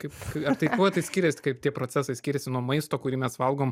kaip ar tai kuo tai skirias kaip tie procesai skiriasi nuo maisto kurį mes valgom